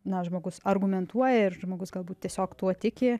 na žmogus argumentuoja ir žmogus galbūt tiesiog tuo tiki